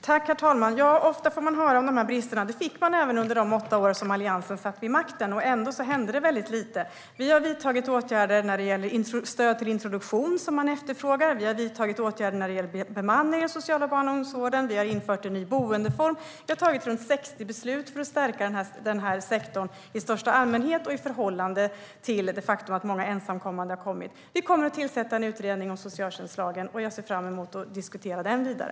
Herr talman! Ofta får man höra om dessa brister. Det fick man även under de åtta år som Alliansen satt vid makten, och ändå hände väldigt lite. Vi har vidtagit åtgärder när det gäller stöd till introduktion, som efterfrågas, och bemanning i den sociala barn och ungdomsvården, och vi har infört en ny boendeform. Vi har fattat runt 60 beslut för att stärka sektorn i största allmänhet och i förhållande till det faktum att det har kommit många ensamkommande. Vi kommer att tillsätta en utredning om socialtjänstlagen, och jag ser fram emot att diskutera den vidare.